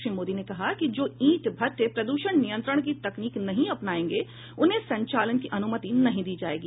श्री मोदी ने कहा कि जो ईंट भट्ठे प्रद्षण नियंत्रण की तकनीक नहीं अपनायेंगे उन्हें संचालन की अनुमति नहीं दी जायेगी